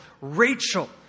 Rachel